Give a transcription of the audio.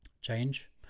change